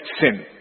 sin